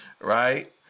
right